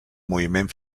moviment